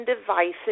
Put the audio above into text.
devices